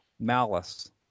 malice